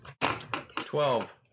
Twelve